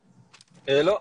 לא.